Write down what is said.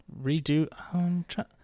Redo